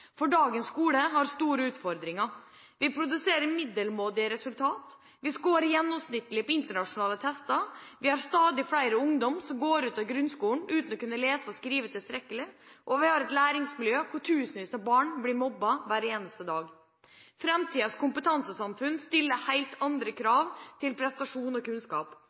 resultater. Dagens skole har store utfordringer. Vi produserer middelmådige resultater, skårer gjennomsnittlig på internasjonale tester, har stadig flere ungdommer som går ut fra grunnskolen uten å kunne lese og skrive tilstrekkelig, og vi har et læringsmiljø hvor tusenvis av barn blir mobbet hver eneste dag. Framtidens kompetansesamfunn stiller helt andre krav til prestasjon og kunnskap.